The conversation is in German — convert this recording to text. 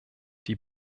die